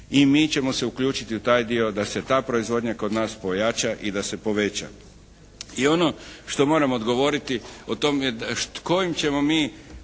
i mi ćemo se uključiti u taj dio da se ta proizvodnja kod nas pojača i da se poveća. I ono što moram odgovoriti o tome kojim ćemo mi